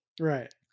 right